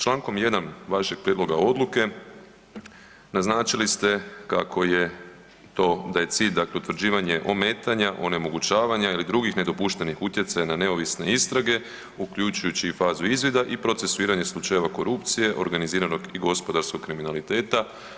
Člankom 1. vašeg prijedloga odluke naznačili ste kako je to …/nerazumljivo/… dakle utvrđivanje ometanja, onemogućavanja ili drugih nedopuštenih utjecaja na neovisne istrage, uključujući i fazu izvida i procesuiranje slučajeva korupcije, organiziranog i gospodarskog kriminaliteta.